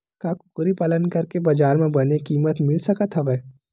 का कुकरी पालन करके बजार म बने किमत मिल सकत हवय?